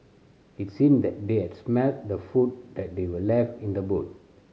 it seemed that they had smelt the food that they were left in the boot